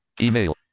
Email